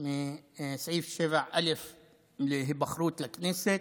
מסעיף 7א להיבחרות לכנסת.